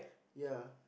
ya